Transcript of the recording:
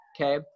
okay